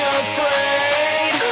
afraid